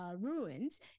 ruins